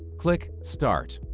click start.